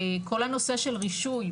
כל הנושא של רישוי,